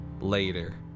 Later